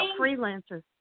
freelancers